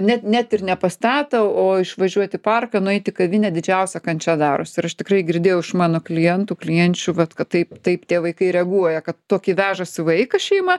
net net ir ne pas tetą o išvažiuot parką nueit į kavinę didžiausia kančia daros ir aš tikrai girdėjau iš mano klientų klienčių vat kad taip taip tie vaikai reaguoja kad tokį vežasi vaiką šeima